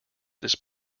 this